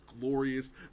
glorious